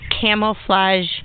camouflage